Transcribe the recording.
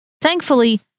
Thankfully